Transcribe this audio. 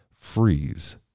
freeze